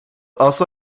also